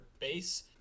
base